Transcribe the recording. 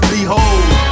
Behold